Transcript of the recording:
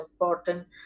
important